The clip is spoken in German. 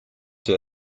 dir